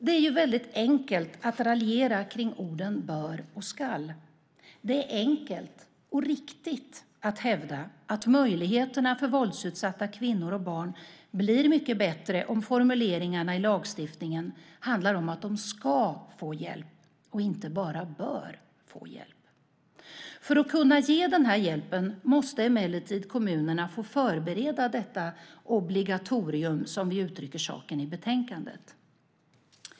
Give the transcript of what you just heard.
Det är ju väldigt enkelt att raljera kring orden bör och ska. Det är enkelt och riktigt att hävda att möjligheterna för våldsutsatta kvinnor och barn blir mycket bättre om formuleringarna i lagstiftningen handlar om att de ska få hjälp och inte bara bör få hjälp. För att kunna ge den här hjälpen måste emellertid kommunerna få förbereda detta obligatorium, som vi uttrycker saken i betänkandet.